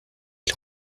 ils